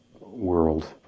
world